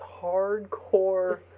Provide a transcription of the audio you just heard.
hardcore